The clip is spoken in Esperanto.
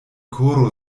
koro